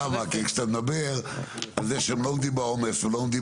כשאתה מדבר על זה שהם לא עומדים בעומס ולא עומדים